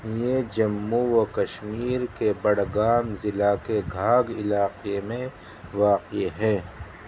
یہ جموں و کشمیر کے بڈگام ضلعہ کے خاگ علاقے میں واقع ہے